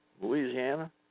Louisiana